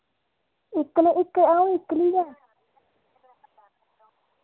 इक्कल इक्कल आऊं इक्कली गै